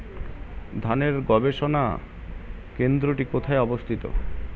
ধানের গবষণা কেন্দ্রটি কোথায় অবস্থিত?